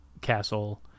castle